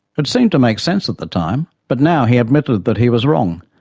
it seemed to make sense at the time, but now he admitted that he was wrong,